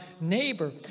neighbor